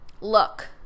Look